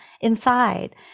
inside